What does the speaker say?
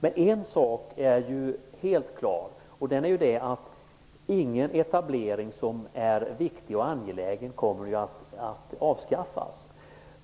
Men en sak är helt klar, nämligen att ingen etablering som är viktig och angelägen kommer att avskaffas.